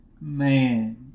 Man